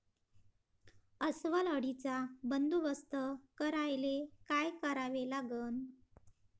अस्वल अळीचा बंदोबस्त करायले काय करावे लागन?